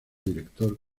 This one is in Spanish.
director